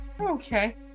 Okay